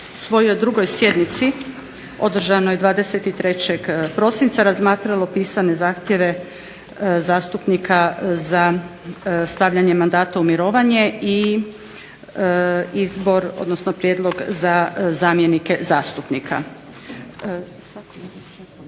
na svojoj 2. sjednici održanoj 23. prosinca razmatralo pisane zahtjeve zastupnika za stavljanje mandata u mirovanje i izbor, odnosno prijedlog za zamjenike zastupnika.